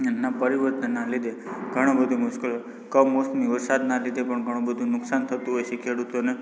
ના પરિવર્તનનાં લીધે ઘણું બધું મુશ્કેલ કમોસમી વરસાદના લીધે પણ ઘણું બધું નુકસાન થતું હોય છે ખેડૂતોને